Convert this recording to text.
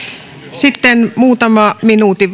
sitten muutama minuutin